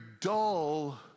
dull